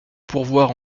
pourvoir